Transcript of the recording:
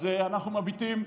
אז אנחנו מביטים,